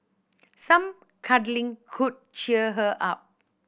some cuddling could cheer her up